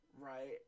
Right